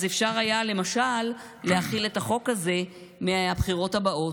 אז אפשר היה למשל להחיל את החוק הזה מהבחירות הבאות,